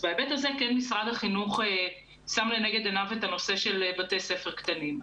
בהיבט הזה משרד החינוך כן שם לנגד עיניו את הנושא של בתי ספר קטנים.